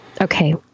Okay